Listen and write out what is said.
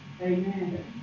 Amen